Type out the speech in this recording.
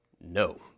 no